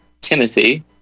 Timothy